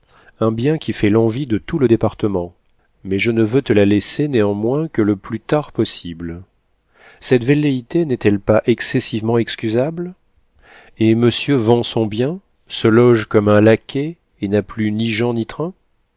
un bien qui fait l'envie de tout le département mais je ne veux te la laisser néanmoins que le plus tard possible cette velléité n'est-elle pas excessivement excusable et monsieur vend son bien se loge comme un laquais et n'a plus ni gens ni train